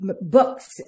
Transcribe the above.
books